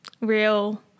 real